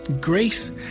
Grace